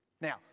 Now